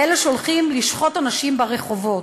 עם אלה שהולכים לשחוט אנשים ברחובות.